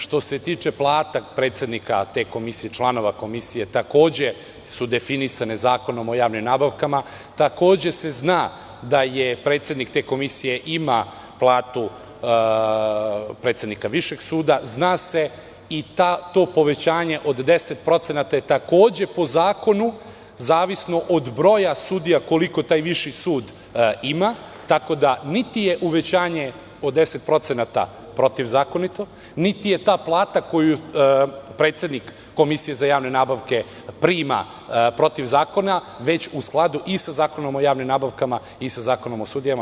Što se tiče plate predsednika te komisije, članova te komisije, takođe su definisane Zakonom o javnim nabavkama, takođe se zna da predsednik te komisije ima platu predsednika Višeg suda i to povećanje od 10% je takođe po zakonu, zavisno od broja sudija, koliko taj viši sud ima, tako da, niti je uvećanje od 10% protivzakonito, niti je ta plata koju predsednik Komisije za javne nabavke prima protiv zakona, već u skladu i sa Zakonom o javnim nabavkama i sa Zakonom o sudijama.